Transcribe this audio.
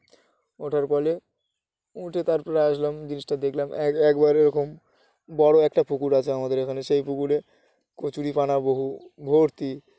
ওঠার ফলে উঠে তারপরে আসলাম জিনিসটা দেখলাম এক একবার এরকম বড়ো একটা পুকুর আছে আমাদের এখানে সেই পুকুরে কচুরি পানা বহু ভর্তি